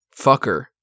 fucker